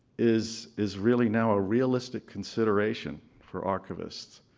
is is really now a realistic consideration for archivists.